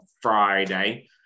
Friday